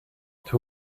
two